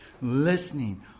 Listening